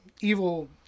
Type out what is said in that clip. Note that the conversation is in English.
evil